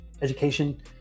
education